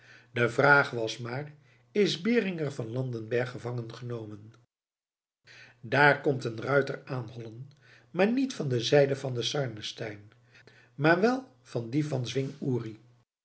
de vraag was maar is beringer van landenberg gevangen genomen daar komt een ruiter aanhollen maar niet van de zijde van den sarnenstein maar wel van die van